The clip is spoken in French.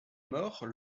mort